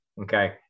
Okay